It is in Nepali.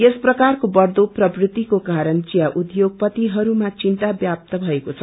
यस प्रकारको बढ़दो प्रवृत्तिको कारण थिया उद्योगपतिहरूमा चिन्ता व्याप्त भएको छ